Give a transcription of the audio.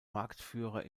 marktführer